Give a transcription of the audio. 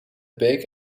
beek